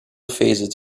phases